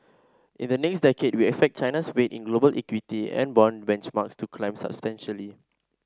in the next decade we expect China's weight in global equity and bond benchmarks to climb substantially